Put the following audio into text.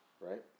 right